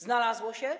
Znalazło się?